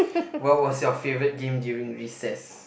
what was your favourite game during recess